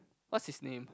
what's his name